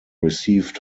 received